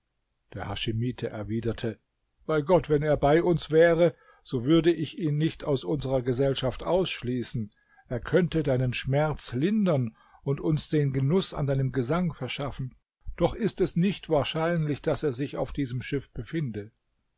der haschimite erwiderte bei gott wenn er bei uns wäre so würde ich ihn nicht aus unserer gesellschaft ausschließen er könnte deinen schmerz lindern und uns den genuß an deinem gesang verschaffen doch ist es nicht wahrscheinlich daß er sich auf diesem schiff befinde